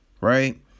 right